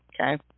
Okay